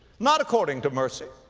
not according to mercy.